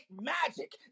magic